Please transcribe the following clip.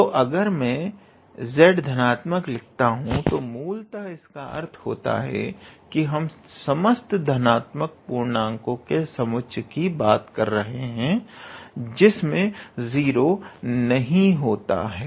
तो अगर मैं Z धनात्मक लिखता हूं तो मूलतः इसका अर्थ होता है कि हम समस्त धनात्मक पूर्णको के समुच्चय की बात कर रहे हैं जिसमें 0 नहीं होता है